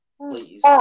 Please